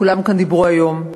כולם כאן דיברו היום,